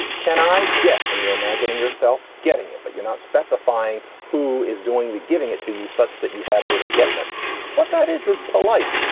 can i get. and you're imagining yourself getting it, but you're not specifying who is doing the giving it to you such that you have this getting this what that is is polite.